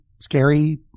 scary